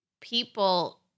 people